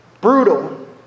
brutal